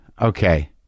okay